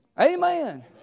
Amen